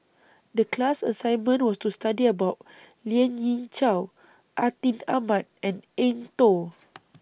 The class assignment was to study about Lien Ying Chow Atin Amat and Eng Tow